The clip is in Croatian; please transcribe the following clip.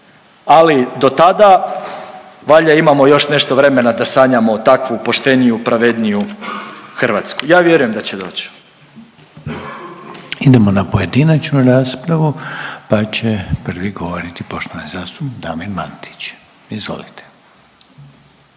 Ali do tada valjda imamo još nešto vremena da sanjamo takvu pošteniju, pravedniju Hrvatsku. Ja vjerujem da će doć. **Reiner, Željko (HDZ)** Idemo na pojedinačnu raspravu, pa će prvi govoriti poštovani zastupnik Damir Mandić. Izvolite.